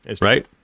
right